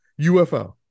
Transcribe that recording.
UFO